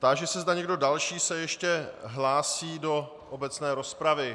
Táži se, zda někdo další se ještě hlásí do obecné rozpravy.